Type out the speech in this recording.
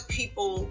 people